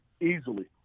easily